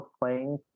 playing